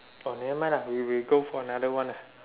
oh never mind lah we we go for another one lah